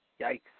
yikes